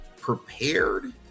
prepared